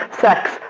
sex